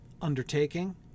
undertaking